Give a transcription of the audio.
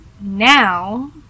now